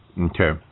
Okay